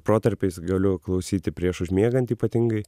protarpiais galiu klausyti prieš užmiegant ypatingai